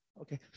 okay